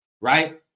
right